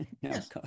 Yes